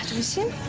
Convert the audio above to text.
minsuk.